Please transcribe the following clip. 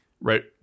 right